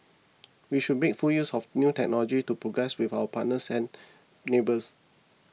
we should make full use of new technologies to progress with our partners and neighbours